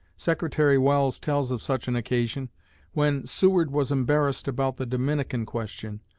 secretary welles tells of such an occasion when seward was embarrassed about the dominican question.